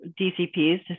DCPs